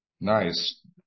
Nice